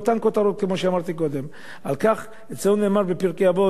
על כך אצלנו נאמר בפרקי אבות: "אלמלא מוראה של מלכות,